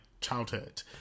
childhood